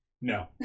no